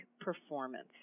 performance